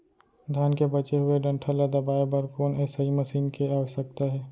धान के बचे हुए डंठल ल दबाये बर कोन एसई मशीन के आवश्यकता हे?